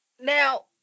Now